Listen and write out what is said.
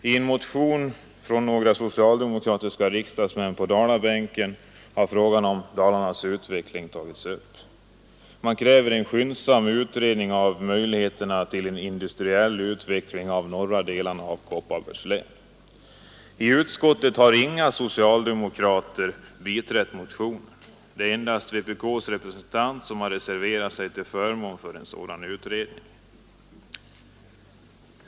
I en motion från några socialdemokratiska riksdagsmän på Dalabänken har frågan om Dalarnas utveckling tagits upp. Man kräver en skyndsam utredning av möjligheterna till en industriell utveckling av norra delarna av Kopparbergs län. I utskottet har inga socialdemokrater biträtt motionen; det är endast vpk:s representant som har reserverat sig till förmån för en sådan utredning.